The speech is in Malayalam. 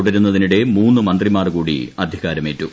തുടരുന്നതിനിടെ മുന്ന് മന്ത്രിമാർകൂടി അധികാരമേറ്റു